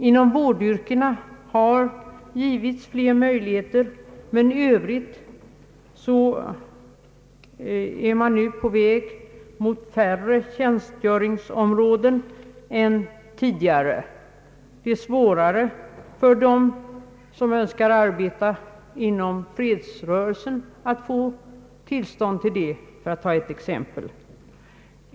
Inom vårdyrkena har givits fler möjligheter, men i övrigt är man nu på väg mot färre tjänstgöringsområden än tidigare. Det är svårare för dem som önskar arbeta inom fredsrörelsen att få tillstånd till det, för att ta ett exempel.